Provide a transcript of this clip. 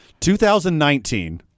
2019